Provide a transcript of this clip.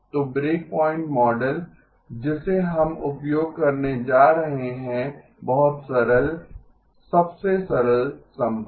तो breakpoint model जिसे हम उपयोग करने जा रहे हैं है बहुत सरल सबसे सरल संभव